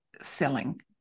selling